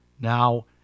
Now